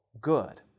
good